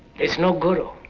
there's no guru,